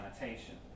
annotation